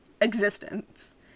existence